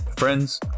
Friends